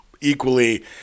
equally